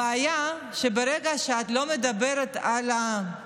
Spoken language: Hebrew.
הבעיה היא שברגע שאת לא מדברת על כך